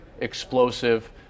explosive